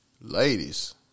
Ladies